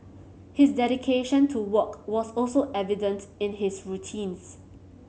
his dedication to work was also evident in his routines